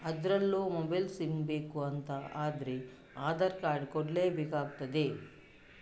ಅದ್ರಲ್ಲೂ mobile SIM ಬೇಕು ಅಂತ ಆದ್ರೆ ಆಧಾರ್ ಕಾರ್ಡ್ ಕೊಡ್ಲೇ ಬೇಕಾಗ್ತದೆ